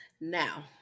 Now